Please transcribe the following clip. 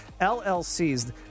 LLCs